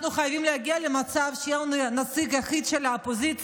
אנחנו חייבים להגיע למצב שיהיה לנו נציג יחיד באופוזיציה,